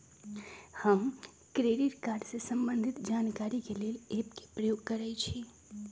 हम credit card से संबंधित जानकारी के लेल एप के प्रयोग करइछि